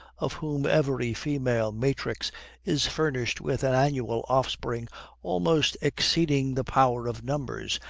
of whom every female matrix is furnished with an annual offspring almost exceeding the power of numbers,